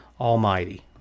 Almighty